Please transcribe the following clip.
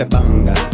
Banga